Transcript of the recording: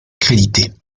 crédités